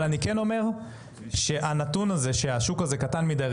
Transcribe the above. הנתון שאומר השוק הזה קטן מדיי,